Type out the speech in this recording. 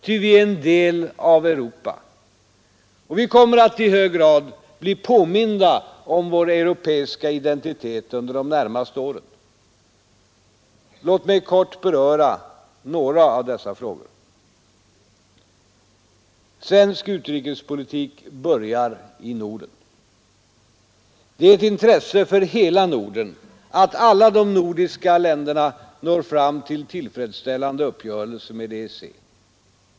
Ty vi är en del av Europa, och vi kommer att i hög grad bli påminda om vår europeiska identitet under de närmaste åren. Låt mig kort beröra några av dessa frågor. Svensk utrikespolitik börjar i Norden. Det är ett intresse för hela Norden att alla de nordiska länderna når tillfredsställande uppgörelser med EEC.